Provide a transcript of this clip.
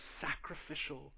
sacrificial